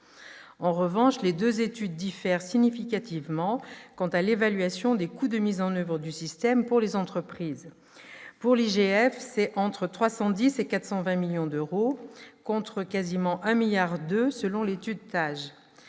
En revanche, les deux études diffèrent significativement quant à l'évaluation des coûts de mise en oeuvre du système pour les entreprises : pour l'IGF, ces coûts se situeraient entre 310 et 420 millions d'euros, contre presque 1,2 milliard d'euros selon l'étude de